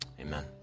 Amen